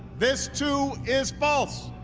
this, too, is false.